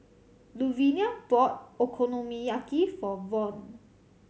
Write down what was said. Luvinia bought Okonomiyaki for Von